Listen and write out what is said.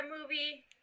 movie